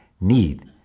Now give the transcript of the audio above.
need